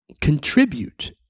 contribute